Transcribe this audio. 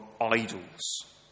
idols